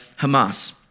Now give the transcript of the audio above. Hamas